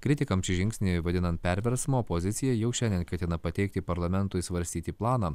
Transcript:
kritikams šį žingsnį vadinant perversmu opozicija jau šiandien ketina pateikti parlamentui svarstyti planą